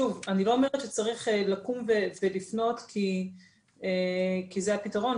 שוב אני לא אומרת שצריך לקום ולפנות כי זה הפתרון.